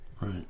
Right